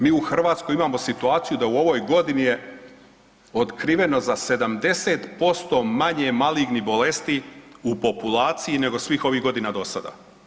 Mi u Hrvatskoj imamo situaciju da u ovoj godini je otkriveno za 70% manje malignih bolesti u populaciji nego svih ovih godina do sada.